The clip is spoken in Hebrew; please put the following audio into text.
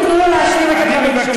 תנו לו להשלים את הדברים שלו.